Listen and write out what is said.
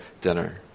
dinner